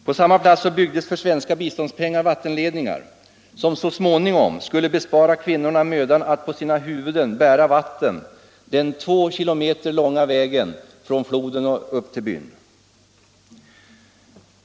På samma plats byggdes för svenska biståndspengar vattenledningar som så småningom skulle bespara kvinnorna mödan att på sina huvuden bära vatten den 2 kilometer långa vägen från floden upp till byn.